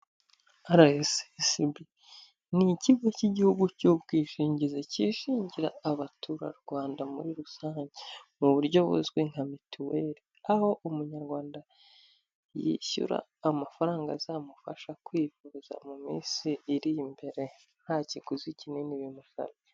RSSB ni ikigo cy'igihugu cy'ubwishingizi cyishingira abaturarwanda muri rusange mu buryo buzwi nka mituweri, aho umunyarwanda yishyura amafaranga azamufasha kwivuza mu minsi iri imbere nta kiguzi kinini bimusabye.